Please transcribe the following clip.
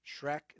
Shrek